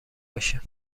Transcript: بشه